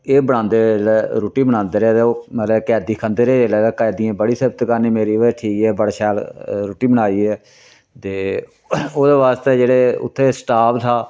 एह् बनांदे जिल्लै ते रुट्टी बनांदे रेह् ते मतलबै कैदी खंदे रेह् ते जिल्लै कैदियें बड़ी सिफत करनी मेरी भई ठीक ऐ बड़ी शैल रुट्टी बनाई दी ऐ ते ओह्दे बास्तै जेह्ड़े उत्थै स्टाफ था